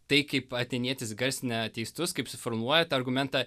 tai kaip atėnietis garsina ateistus kaip suformuluoja tą argumentą